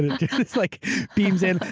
it's like beams in.